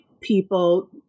people